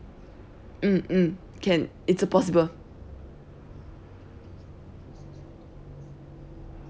mm mm can it's a possible